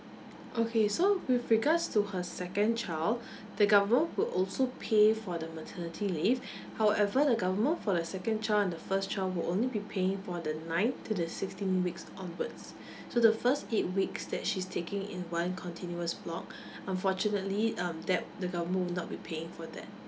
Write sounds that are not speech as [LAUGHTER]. okay so with regards to her second child the government would also pay for the maternity leave however the government for the second child and the first child will only be paying for the ninth to the sixteenth weeks onwards so the first eight weeks that she's taking in one continuous block [BREATH] unfortunately um that the government would not be paying for that